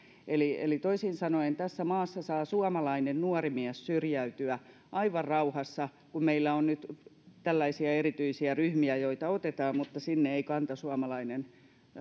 eli eli toisin sanoen tässä maassa saa suomalainen nuori mies syrjäytyä aivan rauhassa kun meillä on nyt tällaisia erityisiä ryhmiä joita otetaan mutta sinne ei kantasuomalainen